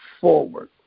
forward